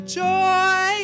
joy